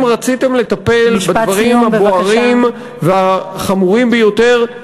אם רציתם לטפל בדברים הבוערים והחמורים ביותר,